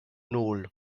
nul